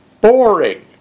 boring